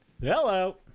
Hello